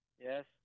Yes